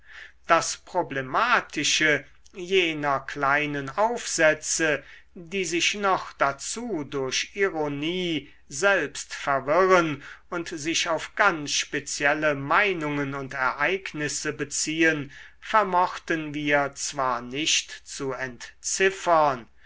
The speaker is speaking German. das problematische jener kleinen aufsätze die sich noch dazu durch ironie selbst verwirren und sich auf ganz spezielle meinungen und ereignisse beziehen vermochten wir zwar nicht zu entziffern